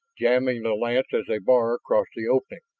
jamming the lance as a bar across the opening.